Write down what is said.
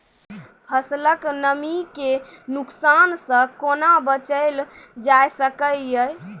फसलक नमी के नुकसान सॅ कुना बचैल जाय सकै ये?